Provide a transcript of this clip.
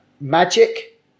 Magic